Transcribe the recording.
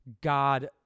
God